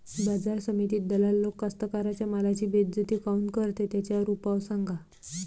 बाजार समितीत दलाल लोक कास्ताकाराच्या मालाची बेइज्जती काऊन करते? त्याच्यावर उपाव सांगा